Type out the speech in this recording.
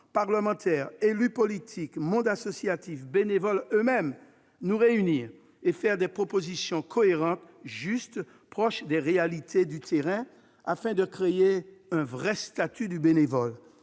parlementaires, élus politiques, monde associatif, bénévoles eux-mêmes -nous réunir et formuler des propositions cohérentes, justes, proches des réalités du terrain, afin de créer un véritable statut du bénévole,